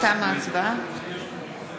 בעד הצעת החוק,